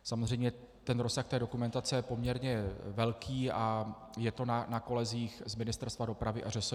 Samozřejmě rozsah té dokumentace je poměrně velký a je to na kolezích z Ministerstva dopravy a ŘSD.